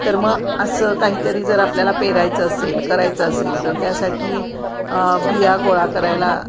तर मग असं काहीतरी जर आपल्याला पेरायचं असेल करायचं असेल तर त्यासाठी बिया गोळा करायला